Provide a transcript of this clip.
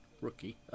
rookie